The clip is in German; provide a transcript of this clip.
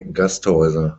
gasthäuser